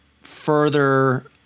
further